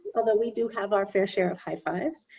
although we do have our fair share of high fives.